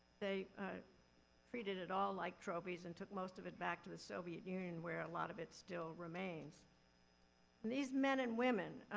treated it all like trophies and took most of it back to the soviet union, where a lot of it still remains. and these men and women,